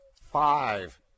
five